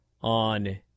on